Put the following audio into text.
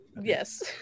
Yes